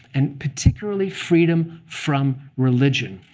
and particularly freedom from religion.